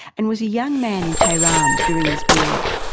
and was a young man in tehran during this period.